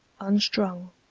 unstrung,